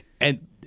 And-